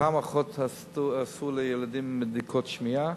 פעם אחות עשתה לילדים בדיקות שמיעה,